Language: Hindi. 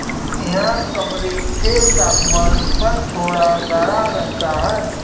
यह कमरे के तापमान पर थोड़ा गाढ़ा रहता है